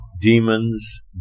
demons